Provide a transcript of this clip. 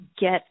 get